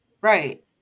Right